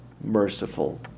merciful